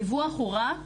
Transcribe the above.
הדיווח הוא רק